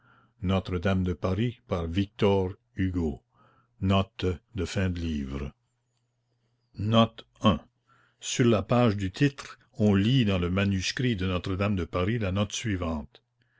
note i sur la page du titre on lit dans le manuscrit de notre-dame de paris la note suivante